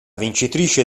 vincitrice